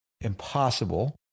impossible